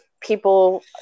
people